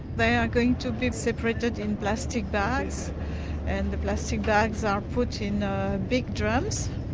they are going to be separated in plastic bags and the plastic bags are put in big drums